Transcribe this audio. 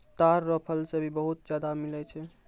ताड़ रो फल से भी बहुत ज्यादा मिलै छै